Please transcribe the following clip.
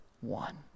one